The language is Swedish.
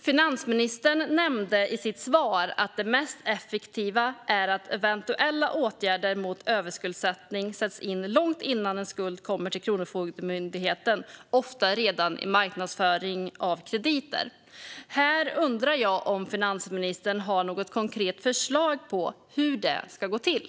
Finansministern säger i sitt svar att det mest effektiva är att eventuella åtgärder mot överskuldsättning sätts in långt innan en skuld kommer till Kronofogdemyndigheten, ofta redan i marknadsföringen av krediter. Här undrar jag om finansministern har något konkret förslag på hur det ska gå till.